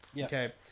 Okay